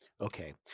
Okay